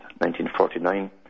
1949